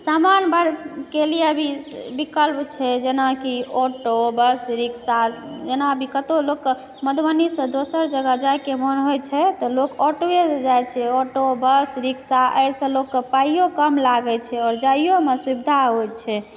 सामान्य वर्गके लिए भी विकल्प छै जेनाकि ऑटो बस रिक्शा जेना भी कतौ लोकके मधुबनीसँ दोसर जगह जाएके मन होइत छै तऽ लोक ऑटोएसँ जाइत छै ऑटो बस रिक्शा एहिसँ लोकके पाइयो कम लागै छै आओर जाइयोमे सुविधा होइत छै